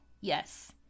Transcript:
Yes